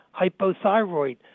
hypothyroid